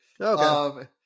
Okay